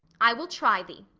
i will try thee.